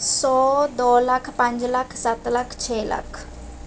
ਸੌ ਦੋ ਲੱਖ ਪੰਜ ਲੱਖ ਸੱਤ ਲੱਖ ਛੇ ਲੱਖ